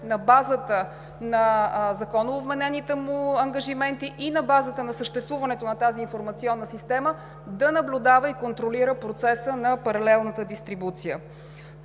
на базата на законово вменените му ангажименти и на базата на съществуването на тази информационна система да наблюдава и контролира процеса на паралелната дистрибуция.